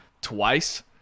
twice